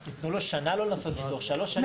אז תנו לו שנה לא לעשות ניתוח, אבל שלוש שנים.